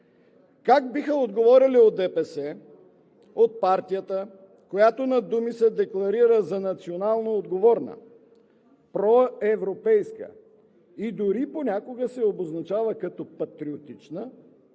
Как биха отговорили от ДПС – от партията, която на думи се декларира за национално отговорна, проевропейска и дори понякога се обозначава като патриотична,